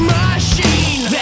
machine